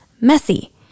messy